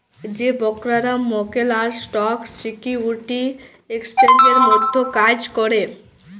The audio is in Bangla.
যে ব্রকাররা মক্কেল আর স্টক সিকিউরিটি এক্সচেঞ্জের মধ্যে কাজ ক্যরে